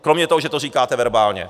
Kromě toho, že to říkáte verbálně.